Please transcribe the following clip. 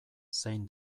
zein